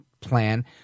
plan